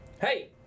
Hey